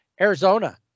Arizona